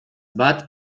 bat